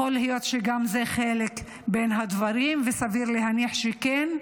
יכול להיות שגם זה חלק בין הדברים וסביר להניח שכן,